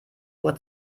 uhr